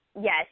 yes